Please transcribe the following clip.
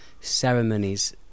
ceremonies